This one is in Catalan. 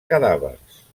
cadàvers